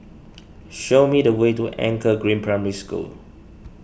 show me the way to Anchor Green Primary School